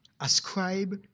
ascribe